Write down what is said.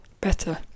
better